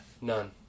None